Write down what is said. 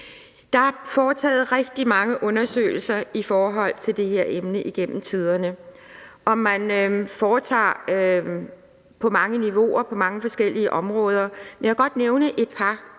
Der er foretaget rigtig mange undersøgelser i forhold til det her emne igennem tiderne, og man har foretaget dem på mange niveauer, på mange forskellige områder. Jeg vil godt nævne et par, hvor man så